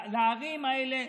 לערים האלה.